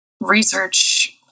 research